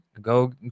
go